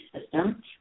system